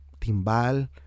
timbal